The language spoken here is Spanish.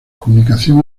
comunicación